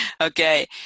Okay